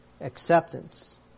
Acceptance